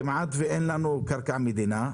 כמעט ואין לנו קרקע מדינה.